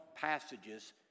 passages